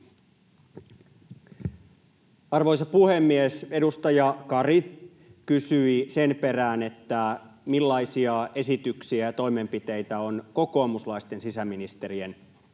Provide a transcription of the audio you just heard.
Arvoisa puhemies! Edustaja Kari kysyi sen perään, millaisia esityksiä ja toimenpiteitä on kokoomuslaisten sisäministerien